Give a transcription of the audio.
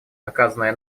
оказанное